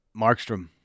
Markstrom